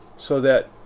so that